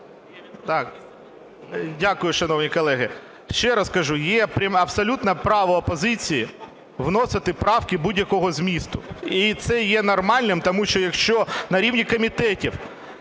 О.А. Дякую, шановні колеги. Ще раз кажу, є абсолютне право опозиції вносити правки будь-якого змісту, і це є нормальним. Тому що, якщо на рівні комітетів